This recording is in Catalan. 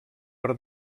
per